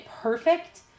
perfect